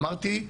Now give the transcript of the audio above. אמרתי,